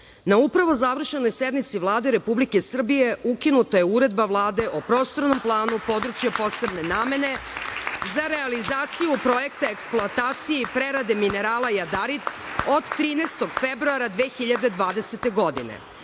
na upravo završenoj sednici Vlade Republike Srbije ukinuta je Uredba Vlade o Prostornom planu područja posebne namene za realizaciju Projekta eksploatacije i prerade minerala jadarit od 13. februara 2020. godine?